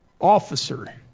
officer